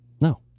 No